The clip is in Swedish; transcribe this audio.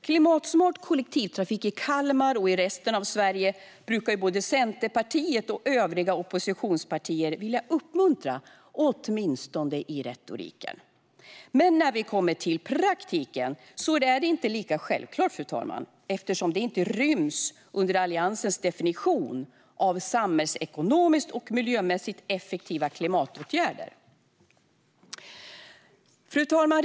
Klimatsmart kollektivtrafik i Kalmar och i resten av Sverige brukar både Centerpartiet och övriga oppositionspartier vilja uppmuntra, åtminstone i retoriken. Men när vi kommer till praktiken är det inte lika självklart, fru talman, eftersom detta inte ryms under Alliansens definition av samhällsekonomiskt och miljömässigt effektiva klimatåtgärder. Fru talman!